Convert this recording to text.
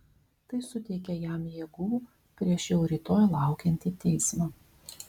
tai suteikia jam jėgų prieš jau rytoj laukiantį teismą